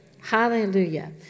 Hallelujah